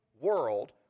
world